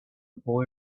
boy